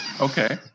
Okay